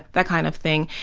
that kind of thing,